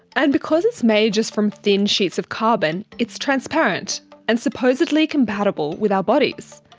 and because it's made just from thin sheets of carbon, it's transparent and supposedly compatible with our bodies.